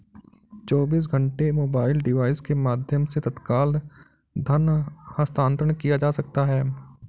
चौबीसों घंटे mobile device के माध्यम से तत्काल धन हस्तांतरण किया जा सकता है